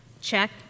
check